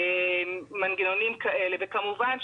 וכמובן,